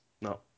No